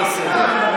אז אני אקרא אותו לסדר.